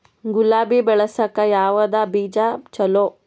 ಗುಲಾಬಿ ಬೆಳಸಕ್ಕ ಯಾವದ ಬೀಜಾ ಚಲೋ?